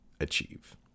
achieve